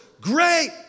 Great